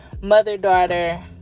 mother-daughter